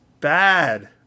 bad